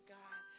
god